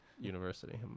university